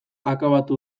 akabatu